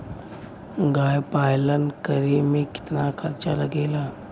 गाय पालन करे में कितना खर्चा लगेला?